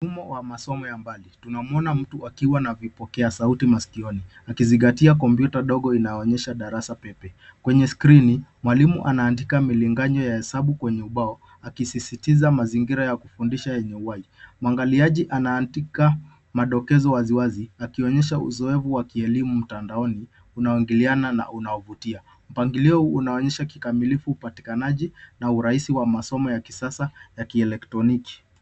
Ulimwengu wa masomo ya mbali, tunamwona mtu akiwa na vipokea sauti masikioni, akizingatia kompyuta yake inayoonyesha darasa pepe. Kwenye skrini, mwalimu anaandika milinganyo ya hesabu kwenye ubao, akisisitiza mazingira ya ufundishaji ya kiubunifu. Mwanafunzi anaandika madokezo waziwazi, akiashiria uzoefu wa kielimu mtandaoni unaoingiliana na unaovutia. Mpangilio unaonyesha kikamilifu upatikanaji na urahisi wa masomo ya kisasa ya kielektroniki.